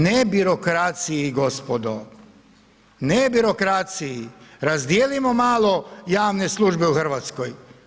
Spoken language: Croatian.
Ne birokraciji, gospodo, ne birokraciji, razdijelimo malo javne službe u Hrvatskoj.